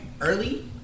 early